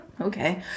okay